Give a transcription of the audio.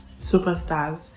superstars